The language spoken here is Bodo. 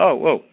औ औ